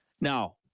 Now